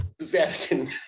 Vatican